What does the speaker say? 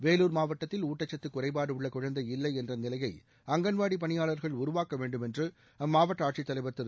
வேலூர் மாவட்டத்தில் ஊட்டச்சத்து குறைபாடு உள்ள குழந்தை இல்லை என்ற நிலையை அங்கன்வாடி பணியாளர்கள் உருவாக்க வேண்டுமென்று அம்மாவட்ட ஆட்சித்தலைவர் திரு